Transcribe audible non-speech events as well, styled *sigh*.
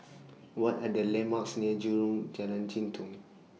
*noise* What Are The landmarks near Jalan Jitong